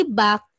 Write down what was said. back